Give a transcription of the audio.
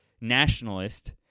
nationalist